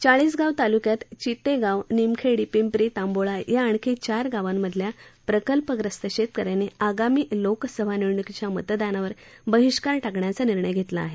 चाळीसगाव तालुक्यातील चितेगाव निमखेडी पिंपरी तांबोळा धिल्या आणखी चार गावातील प्रकल्पग्रस्त शेतकऱ्यांनी आगामी लोकसभा निवडणुकीच्या मतदानावर बहिष्कार टाकण्याचा निर्णय घेतला आहे